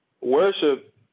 worship